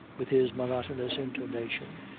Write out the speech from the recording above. with his monotonous intonation,